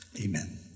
Amen